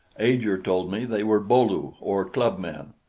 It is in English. ajor told me they were bo-lu, or clubmen.